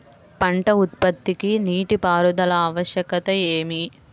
పంట ఉత్పత్తికి నీటిపారుదల ఆవశ్యకత ఏమి?